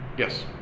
Yes